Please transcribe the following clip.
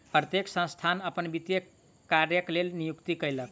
प्रत्येक संस्थान अपन वित्तीय कार्यक लेल नियुक्ति कयलक